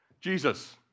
Jesus